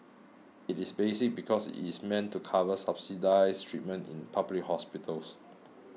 it is basic because it is meant to cover subsidised treatment in public hospitals